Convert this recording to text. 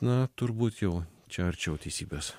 na turbūt jau čia arčiau teisybės